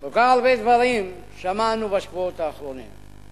כל כך הרבה דברים שמענו בשבועות האחרונים,